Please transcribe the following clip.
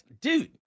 dude